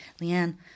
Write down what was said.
Leanne